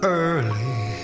early